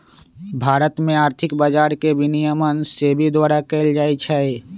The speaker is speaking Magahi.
भारत में आर्थिक बजार के विनियमन सेबी द्वारा कएल जाइ छइ